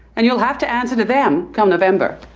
and you'll have to answer to them come november